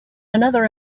another